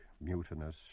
mutinous